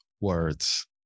words